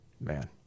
man